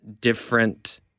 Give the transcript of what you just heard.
different